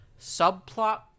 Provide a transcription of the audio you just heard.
subplot